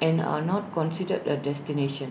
and are not considered A destination